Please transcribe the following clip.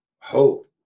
hope